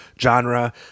genre